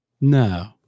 no